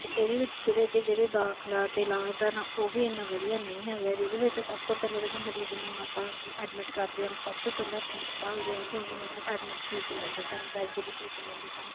ਅਤੇ ਇਹਦੇ ਵਿੱਚ ਜਿਹੜੇ ਕਿ ਜਿਹੜੇ ਦਾਖਲਾ ਅਤੇ ਇਲਾਜ ਆ ਨਾ ਉਹ ਵੀ ਇੰਨਾ ਵਧੀਆ ਨਹੀਂ ਹੈਗਾ ਜਿਹਦੇ ਵਿੱਚ ਸਭ ਤੋਂ ਪਹਿਲਾਂ ਜਦੋਂ ਮਰੀਜ਼ ਨੂੰ ਆਪਾਂ ਵੀ ਐਡਮਿਟ ਕਰਦੇ ਹਾਂ ਉਹ ਸਭ ਤੋਂ ਪਹਿਲਾਂ ਫੀਸ ਭਾਲਦੇ ਐ ਡੋਕਟਰ ਮਤਲਬ ਐਡਮਿਟ ਫੀਸ ਲੈਂਦੇ ਸਨ ਬੈੱਡ ਦੀ ਫੀਸ ਲੈਂਦੇ ਸਨ